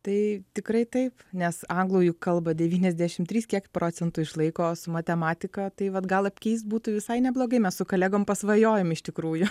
tai tikrai taip nes anglų juk kalba devyniasdešim trys kiek procentų išlaiko su matematika tai vat gal apkeist būtų visai neblogai mes su kolegom pasvajojam iš tikrųjų